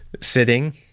sitting